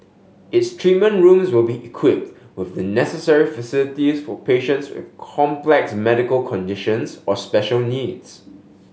its treatment rooms will be equipped with the necessary facilities for patients with complex medical conditions or special needs